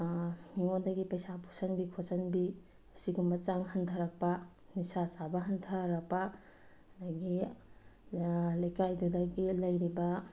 ꯃꯤꯉꯣꯟꯗꯒꯤ ꯄꯩꯁꯥ ꯄꯨꯁꯟꯕꯤ ꯈꯣꯠꯆꯟꯕꯤ ꯑꯁꯤꯒꯨꯝꯕ ꯆꯥꯡ ꯍꯟꯊꯔꯛꯄ ꯅꯤꯁꯥ ꯆꯥꯕ ꯍꯟꯊꯔꯛꯄ ꯑꯗꯒꯤ ꯂꯩꯀꯥꯏꯗꯨꯗꯒꯤ ꯂꯩꯔꯤꯕ